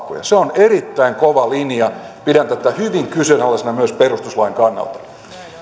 se on erittäin kova linja pidän tätä hyvin kyseenalaisena myös perustuslain kannalta